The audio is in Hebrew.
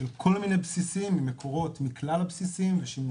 של כל מיני בסיסים ממקורות מכלל הבסיסים ושימושים